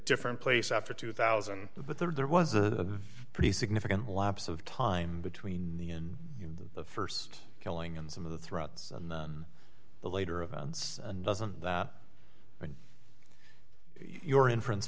different place after two thousand but there was a pretty significant lapse of time between the in the st killing and some of the threats and then the later events doesn't that in your inference